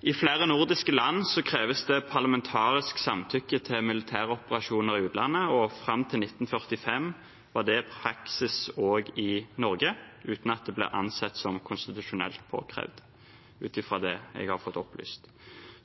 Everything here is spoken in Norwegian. I flere nordiske land kreves det parlamentarisk samtykke til militæroperasjoner i utlandet. Fram til 1945 var det praksis også i Norge, uten at det ble ansett som konstitusjonelt påkrevd, ut fra det jeg har fått opplyst.